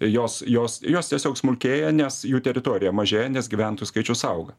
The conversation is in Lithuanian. jos jos jos tiesiog smulkėja nes jų teritorija mažėja nes gyventojų skaičius auga